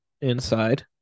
inside